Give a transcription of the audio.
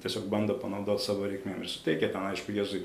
tiesiog bando panaudot savo reikmėm ir suteikia ten aišku jėzui